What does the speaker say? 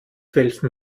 welchem